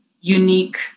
unique